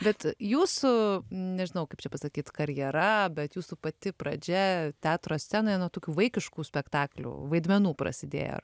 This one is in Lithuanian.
bet jūsų nežinau kaip čia pasakyt karjera bet jūsų pati pradžia teatro scenoje nuo tokių vaikiškų spektaklių vaidmenų prasidėjo